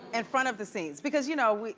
and front of the scenes. because you know,